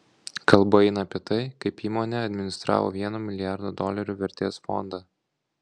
kalba eina apie tai kaip įmonė administravo vieno milijardo dolerių vertės fondą